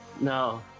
No